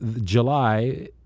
july